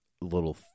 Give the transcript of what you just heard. little